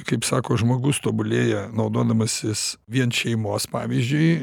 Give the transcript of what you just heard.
kaip sako žmogus tobulėja naudodamasis vien šeimos pavyzdžiui